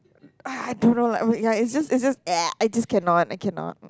ah I don't know like ya it's just it's just I just cannot I cannot